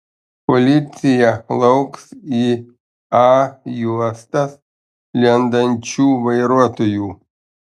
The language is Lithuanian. policija lauks į a juostas lendančių vairuotojų